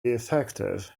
effective